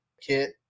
kit